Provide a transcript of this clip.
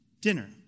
dinner